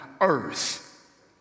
earth